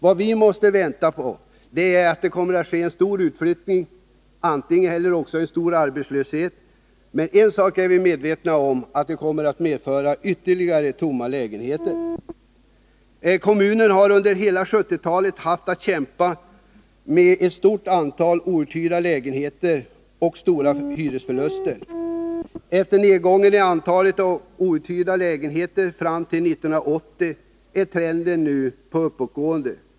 Vad vi måste vänta är att det blir en stor utflyttning eller också en stor arbetslöshet. Men en sak är vi medvetna om: det kommer att bli ytterligare tomma lägenheter. Kommunen har under hela 1970-talet haft att kämpa med problemet med ett stort antal outhyrda lägenheter och stora hyresförluster. Efter nedgången i antalet outhyrda lägenheter fram till 1980 är trenden nu uppåtgående.